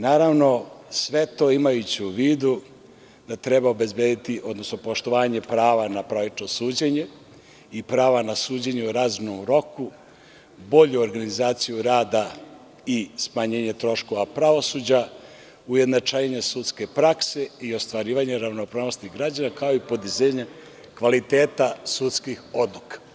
Naravno, sve to imajući u vidu da treba obezbediti, odnosno, poštovanje prava na pravično suđenje i prava na suđenje u razumnom roku, bolju organizaciju rada i smanjenje troškova pravosuđa, ujednačavanje sudske praske i ostvarivanje ravnopravnosti građana kao i podizanja kvaliteta sudskih odluka.